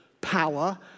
power